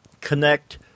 connect